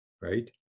right